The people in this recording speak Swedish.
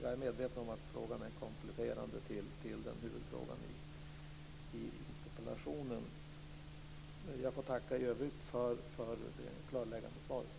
Jag är medveten om att frågan är kompletterande i förhållande till huvudfrågan i interpellationen. Jag får i övrigt tacka för det klarläggande svaret.